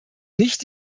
nicht